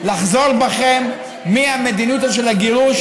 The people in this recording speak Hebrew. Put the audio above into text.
לחזור בכם מהמדיניות הזו של הגירוש,